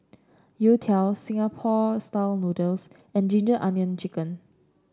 Youtiao Singapore style noodles and ginger onion chicken